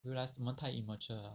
realised 我们太 immature liao